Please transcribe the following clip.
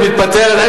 את מתפטרת?